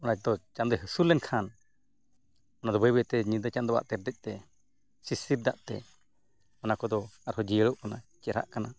ᱚᱱᱟᱫᱚ ᱪᱟᱸᱫᱳᱭ ᱦᱟᱹᱥᱩᱨ ᱞᱮᱱᱠᱷᱟᱱ ᱚᱱᱟᱫᱚ ᱵᱟᱹᱭᱼᱵᱟᱹᱭᱛᱮ ᱧᱤᱫᱟᱹ ᱪᱟᱸᱫᱳᱣᱟᱜ ᱛᱮᱨᱫᱮᱡ ᱛᱮ ᱥᱤᱥᱤᱨ ᱫᱟᱜᱛᱮ ᱚᱱᱟ ᱠᱚᱫᱚ ᱟᱨᱦᱚᱸ ᱡᱤᱭᱟᱹᱲᱚᱜ ᱠᱟᱱᱟ ᱪᱮᱦᱨᱟᱜ ᱠᱟᱱᱟ